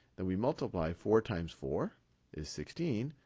then we multiply four times four is sixteen.